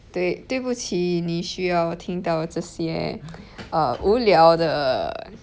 对对不起你需要听到这些 err 无聊的